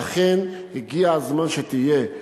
שאכן הגיע הזמן שתהיה.